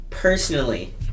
Personally